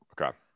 Okay